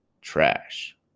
trash